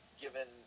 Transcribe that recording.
given